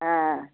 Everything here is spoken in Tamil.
ஆ